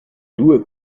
due